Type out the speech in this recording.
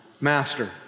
master